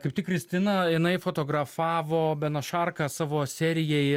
kaip tik kristina jinai fotografavo beną šarką savo serijai